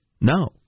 No